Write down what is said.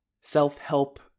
self-help